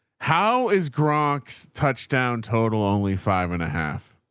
how is groks touchdown total only five and a half.